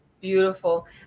Beautiful